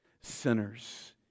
sinners